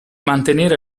mantenere